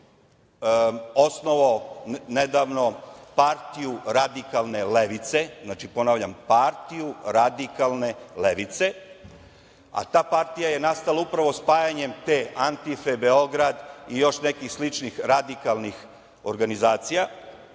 osnovao nedavno Partiju radikalne levice, znači, ponavljam Partiju radikalne levice, a ta partija je nastala upravo spajanjem te ANTIFE Beograd i još nekih sličnih radikalnih organizacija.